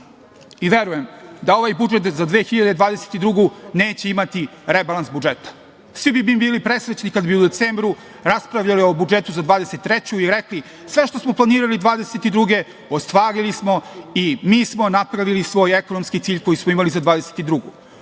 i verujem da ovaj budžet za 2022. godinu neće imati rebalans budžeta. Svi bi mi bili presrećni kada bi u decembru raspravljali o budžetu za 2023. godinu i rekli - sve što smo planirali 2022. godine, ostvarili smo i mi smo napravili svoj ekonomski cilj koji smo imali za 2022.